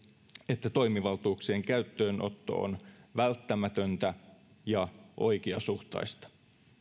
että toimivaltuuksien käyttöönotto on välttämätöntä ja oikeasuhtaista